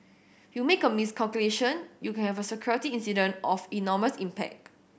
you make a miscalculation you can have a security incident of enormous impact